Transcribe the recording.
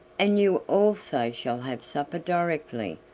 and you also shall have supper directly.